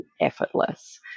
effortless